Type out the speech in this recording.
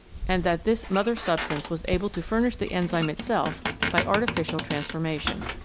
and that this mother substance was able to furnish the enzyme itself by artificial transformation.